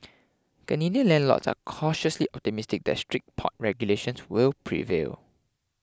Canadian landlords are cautiously optimistic that strict pot regulations will prevail